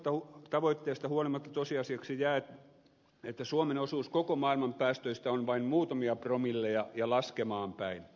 hienoista tavoitteista huolimatta tosiasiaksi jää että suomen osuus koko maailman päästöistä on vain muutamia promilleja ja laskemaan päin